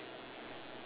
ya it's